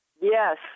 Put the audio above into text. Yes